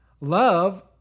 Love